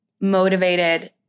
motivated